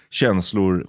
känslor